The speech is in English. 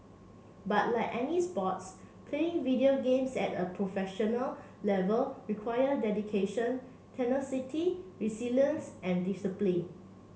but like any sports playing video games at a professional level require dedication tenacity resilience and discipline